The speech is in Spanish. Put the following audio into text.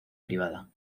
privada